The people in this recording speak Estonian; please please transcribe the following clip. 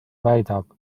väidab